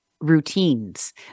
routines